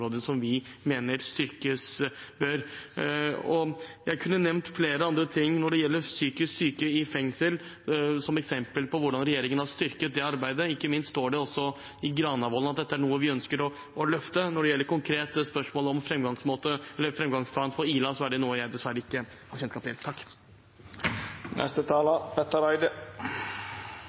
som vi mener bør styrkes. Jeg kunne nevnt flere ting når det gjelder psykisk syke i fengsel, som eksempler på hvordan regjeringen har styrket det arbeidet. Ikke minst står det i Granavolden-plattformen at dette er noe vi ønsker å løfte. Når det konkret gjelder spørsmålet om framgangsplanen for Ila, er det noe jeg dessverre ikke har